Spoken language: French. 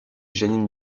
jeanine